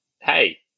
hey